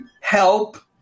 help